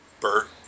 Bert